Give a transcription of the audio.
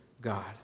God